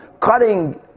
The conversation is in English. cutting